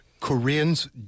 Koreans